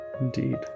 indeed